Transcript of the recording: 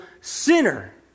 sinner